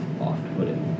off-putting